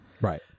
Right